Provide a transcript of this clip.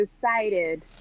decided